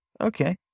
Okay